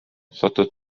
satub